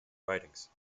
writings